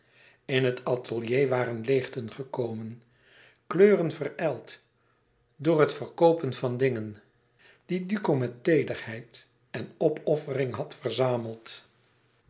in het atelier waren leêgten gekomen kleuren verijld door het verkoopen van dingen die duco met teederheid en opoffering had verzameld